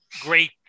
Great